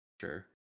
Sure